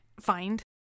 find